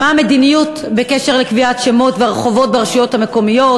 2. מה היא המדיניות בקשר לקביעת שמות רחובות ברשויות המקומיות?